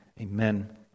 amen